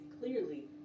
clearly